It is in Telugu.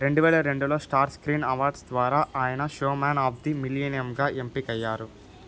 రెండు వేల రెండులో స్టార్ స్క్రీన్ అవార్డ్స్ ద్వారా ఆయన షో మ్యాన్ ఆఫ్ ది మిలీనియంగా ఎంపికయ్యారు